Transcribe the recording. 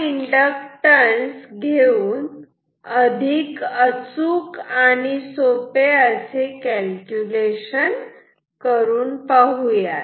त्यामुळे आता आपण अधिक अचूक आणि सोपे असे कॅल्क्युलेशन करूयात